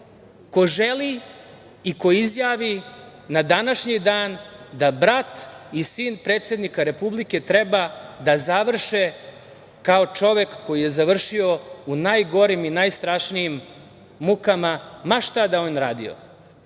ko želi i ko izjavi na današnji dan da brat i sin predsednika Republike treba da završe kao čovek koji je završio u najgorim i najstrašnijim mukama, ma šta da je on radio.